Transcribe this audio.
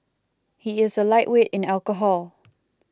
he is a lightweight in alcohol